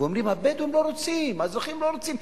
ואומרים: הבדואים לא רוצים, האזרחים לא רוצים.